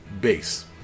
base